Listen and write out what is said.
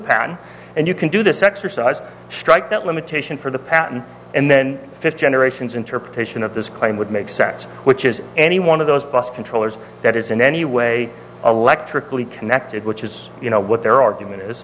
pan and you can do this exercise strike that limitation for the patent and then fifth generations interpretation of this claim would make sense which is any one of those bus controllers that is in any way electrically connected which is you know what their argument is